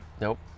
Nope